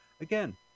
again